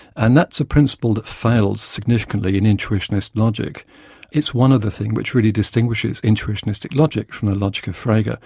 and that's a principle that fails significantly in intuitionist logic it's one of the things which really distinguishes intuitionistic logic from the logic of frege. yeah